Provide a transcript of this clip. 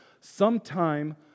sometime